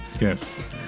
Yes